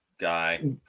guy